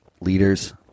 leaders